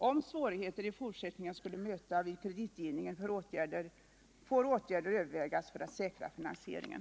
Om svårigheter i fortsättningen skulle möta vid kreditgivningen får åtgärder övervägas för att säkra finansieringen.